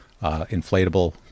inflatable